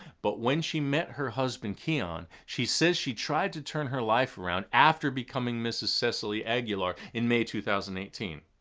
but when she met her husband keon, she says she tried to turn her life around after becoming mrs. cecely aguilar in may, two thousand and eighteen.